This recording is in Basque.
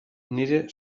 nire